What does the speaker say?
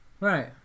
Right